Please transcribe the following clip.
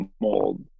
mold